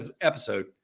episode